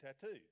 tattoo